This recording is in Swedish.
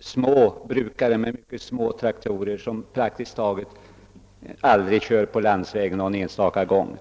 Småbrukare med mycket små traktorer som praktiskt taget aldrig kör på landsväg skulle